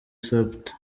supt